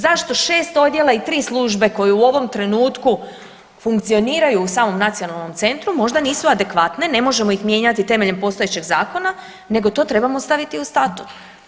Zašto šest odjela i tri službe koje u ovom trenutku funkcioniraju u samom nacionalnom centru možda nisu adekvatne, ne možemo ih mijenjati temeljem postojećeg zakona nego to trebamo staviti u statut?